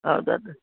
ಹೌದು ಅದು